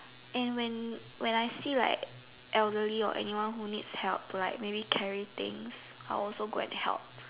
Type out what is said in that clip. and when I see like elderly or anyone who needs help like maybe carry things I will also go and help